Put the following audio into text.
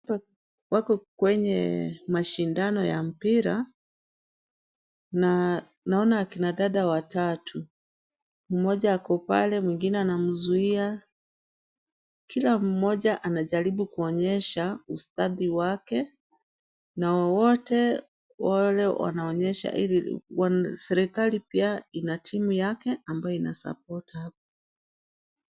Watu wako kwenye mashindano ya mpira. Naona akina dada watatu, mmoja ako pale, mwengine anamzuia. Kila mmoja anajaribu kuonyesha ustadi wake, na wote wale wanaonyesha. Serikali pia ina timu yake ambayo ina support hapo.